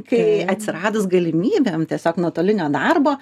kai atsiradus galimybėm tiesiog nuotolinio darbo